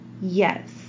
Yes